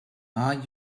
are